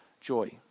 joy